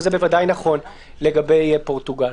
וזה בוודאי נכון לגבי פורטוגל.